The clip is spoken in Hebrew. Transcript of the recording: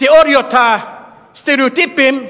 תיאוריות הסטריאוטיפים,